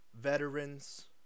veterans